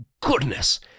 goodness